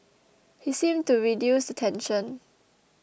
he seemed to reduce the tension